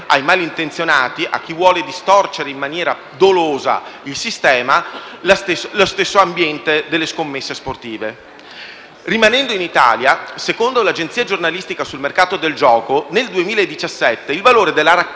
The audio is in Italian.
Rimanendo in Italia, secondo l'Agenzia giornalistica sul mercato del gioco, nel 2017 il valore della raccolta